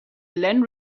glen